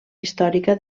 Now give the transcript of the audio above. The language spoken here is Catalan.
històrica